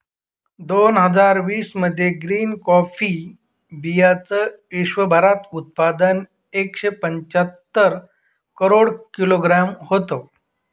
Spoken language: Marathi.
दोन हजार वीस मध्ये ग्रीन कॉफी बीयांचं विश्वभरात उत्पादन एकशे पंच्याहत्तर करोड किलोग्रॅम होतं